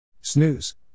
Snooze